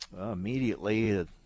immediately